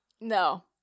No